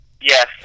Yes